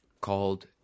called